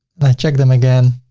but check them again.